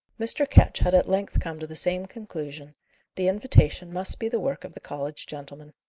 mr. ketch had at length come to the same conclusion the invitation must be the work of the college gentlemen.